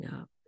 up